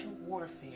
warfare